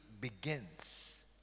begins